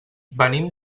venim